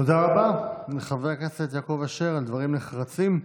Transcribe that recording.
תודה רבה לחבר הכנסת יעקב אשר על דברים נחרצים.